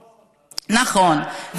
נכון,